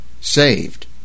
saved